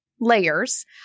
layers